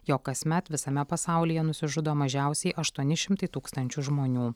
jog kasmet visame pasaulyje nusižudo mažiausiai aštuoni šimtai tūkstančių žmonių